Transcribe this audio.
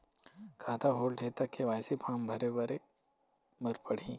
खाता होल्ड हे ता के.वाई.सी फार्म भरे भरे बर पड़ही?